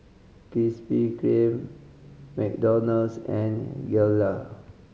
Krispy Kreme McDonald's and Gelare